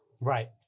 Right